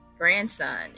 grandson